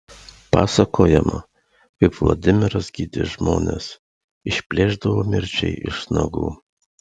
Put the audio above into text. pasakojama kaip vladimiras gydė žmones išplėšdavo mirčiai iš nagų